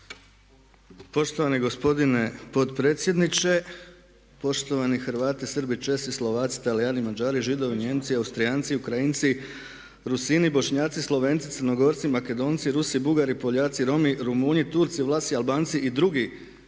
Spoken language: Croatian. Poštovani gospodine potpredsjedniče. Poštovani Hrvati, Srbi, Česi, Slovaci, Talijani, Mađari, Židovi, Nijemci, Austrijanci, Ukrajinci, Rusini, Bošnjaci, Slovenci, Crnogorci, Makedonci, Rusi, Bugari, Poljaci, Romi, Romunji, Turci, Vlasi, Albanci i drugi